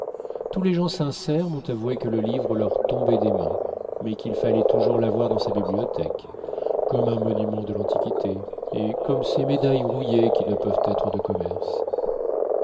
tous les gens sincères m'ont avoué que le livre leur tombait des mains mais qu'il fallait toujours l'avoir dans sa bibliothèque comme un monument de l'antiquité et comme ces médailles rouillées qui ne peuvent être de commerce